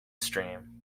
stream